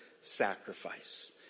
sacrifice